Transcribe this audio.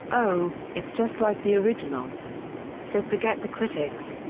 oh, it's just like the original so forget the critics!